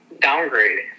downgrade